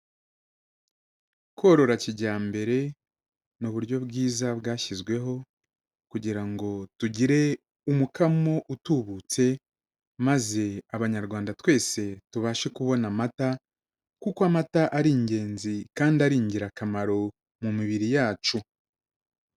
Korora kijyambere ni uburyo bwiza bwashyizweho kugira ngo tugire umukamo utubutse, maze Abanyarwanda twese tubashe kubona amata kuko amata ari ingenzi kandi ari ingirakamaro mu mibiri yacu.